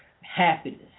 happiness